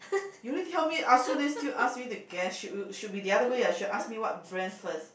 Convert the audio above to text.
you didn't tell me I also still ask me to guess should should be the other way ah should ask me what brand first